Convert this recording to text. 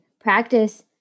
practice